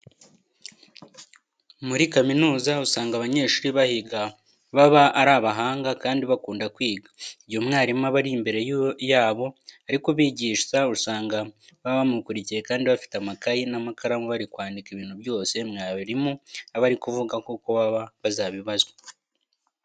Muri kaminuza usanga abanyeshuri bahiga baba ari abahanga kandi bakunda kwiga. Igihe umwarimu aba ari imbere yabo ari kubigisha usanga baba bamukurikiye kandi bafite amakayi n'amakaramu bari kwandika ibintu byose mwarimu aba ari kuvuga kuko baba bazabibazwa.